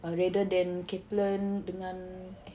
rather than Kaplan dengan eh